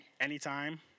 Anytime